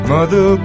Mother